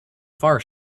far